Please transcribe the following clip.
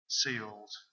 sealed